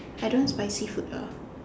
I don't want spicy food lah